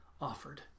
offered